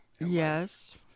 Yes